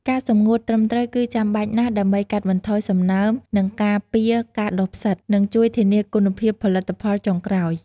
ការសម្ងួតត្រឹមត្រូវគឺចាំបាច់ណាស់ដើម្បីកាត់បន្ថយសំណើម និងការពារការដុះផ្សិត ដែលជួយធានាគុណភាពផលិតផលចុងក្រោយ។